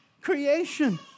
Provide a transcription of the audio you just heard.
creation